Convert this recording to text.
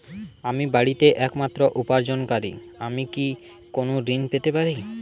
আমি বাড়িতে একমাত্র উপার্জনকারী আমি কি কোনো ঋণ পেতে পারি?